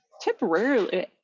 temporarily